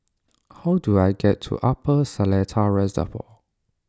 how do I get to Upper Seletar Reservoir